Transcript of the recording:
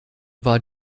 war